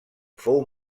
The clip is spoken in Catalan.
fou